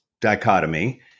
dichotomy